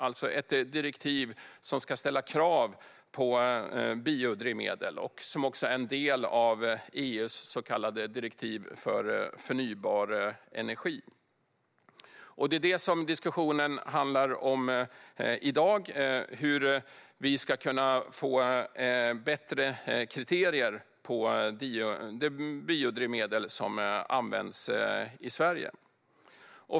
Det är ett direktiv som ska ställa krav på biodrivmedel och som också är en del av EU:s så kallade direktiv för förnybar energi. Det som diskussionen handlar om i dag är hur vi ska kunna få bättre kriterier för biodrivmedel som används i Sverige.